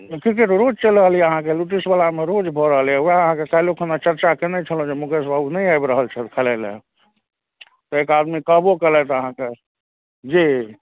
cricket रोज चलि रहल यऽ अहाँके लुटिसवलामे रोज भऽ रहल यऽ वएह अहाँके काल्हिओखना चरचा कएने छलहुँ जे मुकेश बाबू नहि आबि रहल छथि खेलाइ ले तऽ एक आदमी कहबो कएलथि अहाँकेँ जी